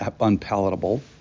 unpalatable